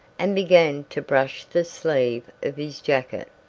and began to brush the sleeve of his jacket.